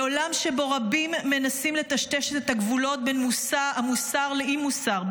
בעולם שבו רבים מנסים לטשטש את הגבולות בין המוסר לאי-מוסר,